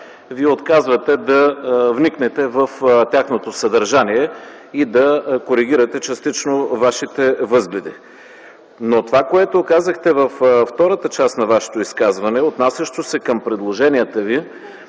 Вие отказвате да вникнете в тяхното съдържание и частично да коригирате Вашите възгледи. Това, което казахте във втората част на Вашето изказване, отнасящо се към предложенията Ви,